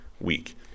week